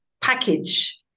package